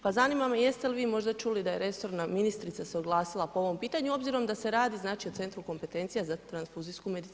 Pa zanima me jeste li vi možda čuli da se resorna ministrica oglasila po ovom pitanju, obzirom da se radi o Centru kompetencije za transfuzijsku medicinu?